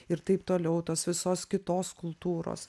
ir taip toliau tos visos kitos kultūros